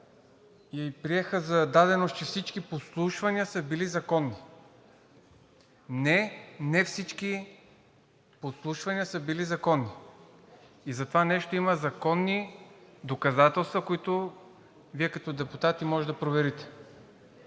и приеха за даденост, че всички подслушвания са били законни. Не, не всички подслушвания са били законни. За това нещо има законни доказателства, които Вие като депутати може да проверите.